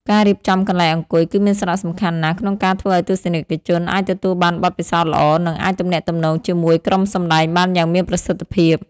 ការរៀបចំកន្លែងអង្គុយ គឺមានសារៈសំខាន់ណាស់ក្នុងការធ្វើឲ្យទស្សនិកជនអាចទទួលបានបទពិសោធន៍ល្អ និងអាចទំនាក់ទំនងជាមួយក្រុមសម្តែងបានយ៉ាងមានប្រសិទ្ធភាព។